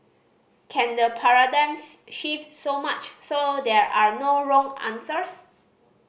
can the paradigm shift so much so there are no wrong answers